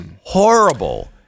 horrible